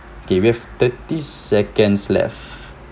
okay with thirty seconds left